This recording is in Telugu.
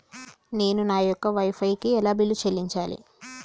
నేను నా యొక్క వై ఫై కి ఎలా బిల్లు చెల్లించాలి?